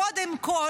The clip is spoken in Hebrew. קודם כול,